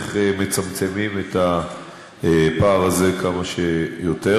איך מצמצמים את הפער הזה כמה שיותר.